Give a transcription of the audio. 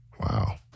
Wow